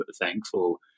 thankful